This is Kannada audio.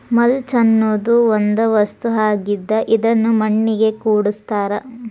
ಮಲ್ಚ ಅನ್ನುದು ಒಂದ ವಸ್ತು ಆಗಿದ್ದ ಇದನ್ನು ಮಣ್ಣಿಗೆ ಕೂಡಸ್ತಾರ